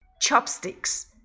Chopsticks